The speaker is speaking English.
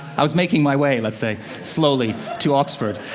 i was making my way, let's say, slowly to oxford,